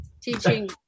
teaching